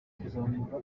kuzamura